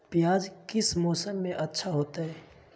प्याज किस मौसम में अच्छा होता है?